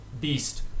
beast